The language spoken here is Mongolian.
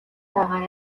байгаа